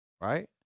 Right